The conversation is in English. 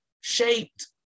shaped